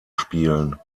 spielen